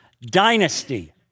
dynasty